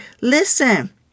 Listen